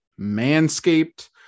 Manscaped